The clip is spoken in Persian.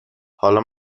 حالا